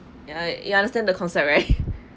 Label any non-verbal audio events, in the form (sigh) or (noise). ya you understand the concept right (laughs)